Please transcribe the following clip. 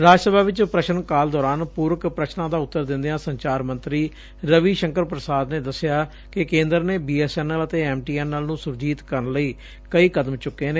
ਰਾਜ ਸਭਾ ਵਿਚ ਪ੍ਰਸ਼ਨ ਕਾਲ ਦੌਰਾਨ ਪੁਰਕ ਪ੍ਰਸ਼ਨਾਂ ਦਾ ਉੱਤਰ ਦਿੰਦਿਆਂ ਸੰਚਾਰ ਮੰਤਰੀ ਰਵੀ ਸ਼ੰਕਰ ਪੁਸ਼ਾਦ ਨੇ ਦਸਿਆ ਕਿ ਕੇਦਰ ਨੇ ਬੀ ਐਸ ਐਨ ਐਲ ਅਤੇ ਐਮ ਟੀ ਐਨ ਐਲ ਨੂੰ ਸੁਰਜੀਤ ਕਰਨ ਲਈ ਕਈ ਕਦਮ ਚੁੱਕੇ ਨੇ